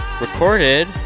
recorded